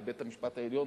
לבית-המשפט העליון,